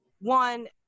one